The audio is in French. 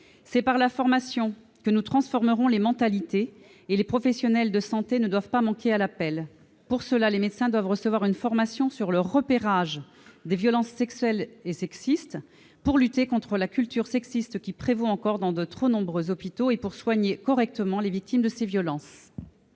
C'est par la formation que nous transformerons les mentalités. Les professionnels de santé ne doivent pas manquer à l'appel. Pour cela, les médecins doivent recevoir une formation sur le repérage des violences sexuelles et sexistes, afin de lutter contre la culture sexiste qui prévaut encore dans de trop nombreux hôpitaux et de soigner correctement les victimes de telles violences.